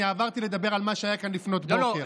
אני עברתי לדבר על מה שהיה כאן לפנות בוקר.